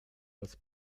als